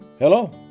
Hello